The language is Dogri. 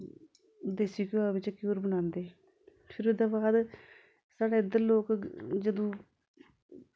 देसी घ्योऐ बिच्च घ्यूर बनांदे फिर ओह्दे बाद साढ़े इद्धर लोक जदूं